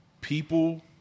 people